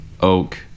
oak